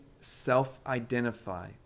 self-identify